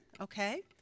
Okay